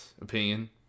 opinion